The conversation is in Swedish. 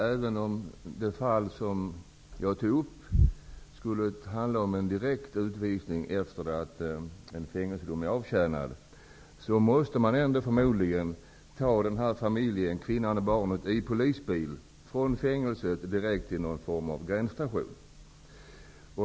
Även om det fall jag har tagit upp handlar om en direkt utvisning efter att ett fängelsestraff är avtjänat, måste förmodligen kvinnan och barnet tas i polisbil från fängelset direkt till någon gränsstation.